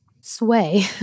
sway